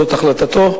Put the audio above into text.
זו החלטתו,